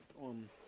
on